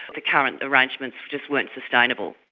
the current arrangements just weren't sustainable.